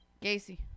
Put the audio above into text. Gacy